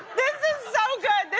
this is so good.